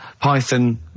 python